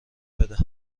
بده